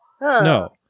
No